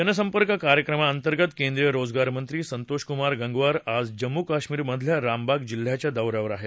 जनसंपर्क कार्यक्रमाअंतर्गत केंद्रीय रोजगार मंत्री संतोषकुमार गंगवार आज जम्मू कश्मीरमधल्या रामबन जिल्ह्याच्या दौऱ्यावर आहेत